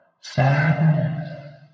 sadness